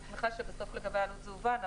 אבל אני שמחה שבסוף לגבי העלות זה הובן.